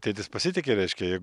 tėtis pasitiki reiškia jeigu